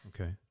okay